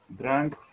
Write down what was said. drank